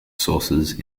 sources